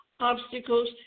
obstacles